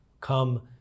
come